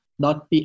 dot